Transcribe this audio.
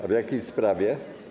A w jakiej sprawie?